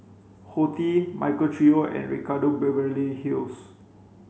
Horti Michael Trio and Ricardo Beverly Hills